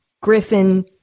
Griffin